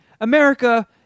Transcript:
America